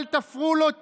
אבל תפרו לו תיק.